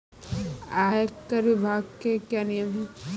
आयकर विभाग के क्या नियम हैं?